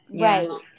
right